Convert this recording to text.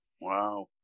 Wow